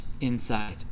inside